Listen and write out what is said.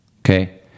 Okay